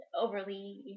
overly